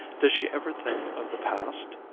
does she ever think of the past?